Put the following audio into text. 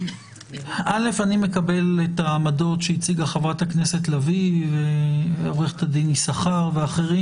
אני מקבל את העמדות שהציגה חברת הכנסת לביא ועורכת דין יששכר ואחרים,